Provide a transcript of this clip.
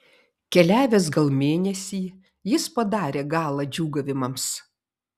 keliavęs gal mėnesį jis padarė galą džiūgavimams